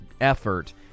effort